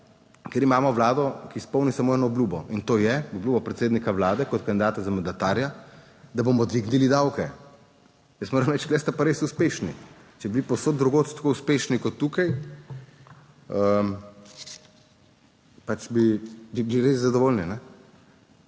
kjer imamo Vlado, ki izpolni samo eno obljubo, in to je obljuba predsednika Vlade kot kandidata za mandatarja, da bomo dvignili davke. Jaz moram reči, tu ste pa res uspešni. Če bi bili povsod drugod tako uspešni kot tukaj, bi bili res zadovoljni,